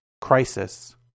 crisis